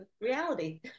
reality